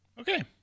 Okay